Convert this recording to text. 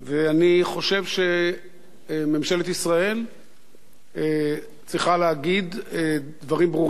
אני חושב שממשלת ישראל צריכה להגיד דברים ברורים על